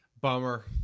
Bummer